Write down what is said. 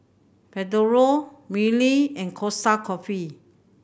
Pedro Mili and Costa Coffee